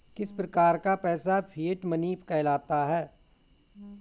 किस प्रकार का पैसा फिएट मनी कहलाता है?